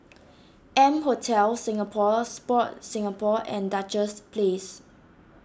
M Hotel Singapore Sport Singapore and Duchess Place